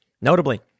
Notably